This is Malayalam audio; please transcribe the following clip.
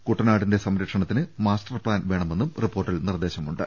കുട്ടനാടിന്റെ സംരക്ഷണത്തിന് മാസ്റ്റർ പ്ലാൻ വേണമെന്നും റിപ്പോർട്ടിൽ നിർദേ ശമുണ്ട്